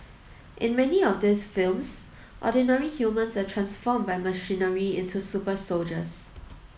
in many of these films ordinary humans are transformed by machinery into super soldiers